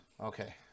Okay